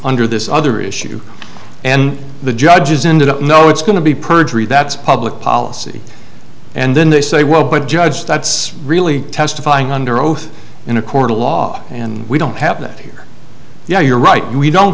under this other issue and the judges ended up no it's going to be perjury that's public policy and then they say well but judge that's really testifying under oath in a court of law and we don't have that here you know you're right we don't